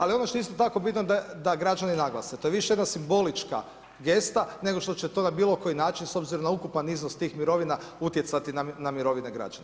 Ali ono što je isto tako bitno da građani naglase, to je više jedna simbolička gesta, nego što će to na bilo koji način, s obzirom na ukupan iznos tih mirovina, utjecati na mirovine građane.